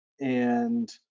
And-